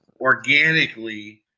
organically